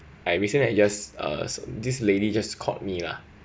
I recently I just uh this lady just caught me lah